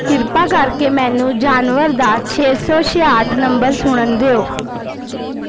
ਕਿਰਪਾ ਕਰਕੇ ਮੈਨੂੰ ਜਾਨਵਰ ਦਾ ਛੇ ਸੌ ਛਿਆਹਠ ਨੰਬਰ ਸੁਣਨ ਦਿਓ